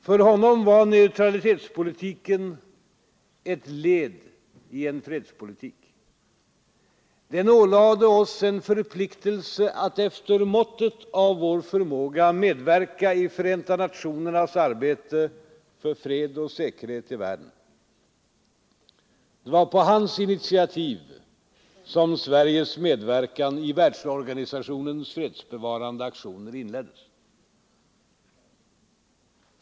För honom var neutralitetspolitiken ett led i en fredspolitik. Den ålade oss en förpliktelse att efter måttet av vår förmåga medverka i Förenta nationernas arbete för fred och säkerhet i världen. Det var på hans initiativ som Sveriges medverkan i världsorganisationens fredsbevarande aktioner inleddes.